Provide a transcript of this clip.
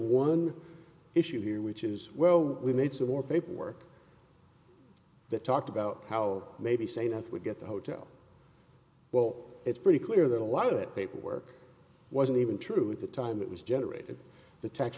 one issue here which is well we made some more paperwork that talked about how maybe same as we get the hotel well it's pretty clear that a lot of that paperwork wasn't even true at the time it was generated the tax